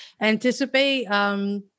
anticipate